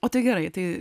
o tai gerai tai